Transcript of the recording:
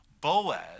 Boaz